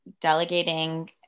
delegating